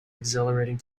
exhilarating